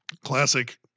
classic